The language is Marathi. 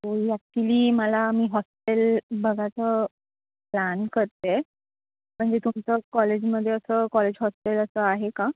ॲक्च्युली मला मी हॉस्टेल बघायचं प्लॅन करते म्हणजे तुमचं कॉलेजमध्ये असं कॉलेज हॉस्टेल असं आहे का